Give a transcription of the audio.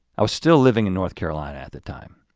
i was still living in north carolina at the time.